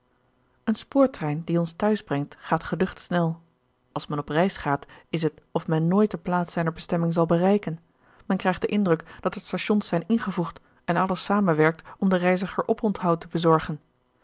een spoortrein die ons t huis brengt gaat geducht snel als men op reis gaat is het of men nooit de plaats zijner bestemming zal bereiken men krijgt den indruk dat er stations zijn ingevoegd en alles zamenwerkt om den reiziger oponthoud te bezorgen